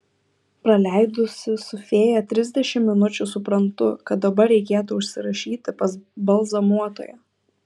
praleidusi su fėja trisdešimt minučių suprantu kad dabar reikėtų užsirašyti pas balzamuotoją